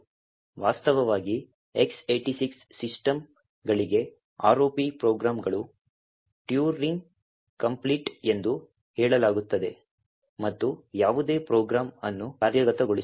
ವಾಸ್ತವವಾಗಿ X86 ಸಿಸ್ಟಮ್ಗಳಿಗೆ ROP ಪ್ರೋಗ್ರಾಂಗಳು ಟ್ಯೂರಿಂಗ್ ಕಂಪ್ಲೀಟ್ ಎಂದು ಹೇಳಲಾಗುತ್ತದೆ ಮತ್ತು ಯಾವುದೇ ಪ್ರೋಗ್ರಾಂ ಅನ್ನು ಕಾರ್ಯಗತಗೊಳಿಸಬಹುದು